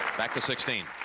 back to sixteen.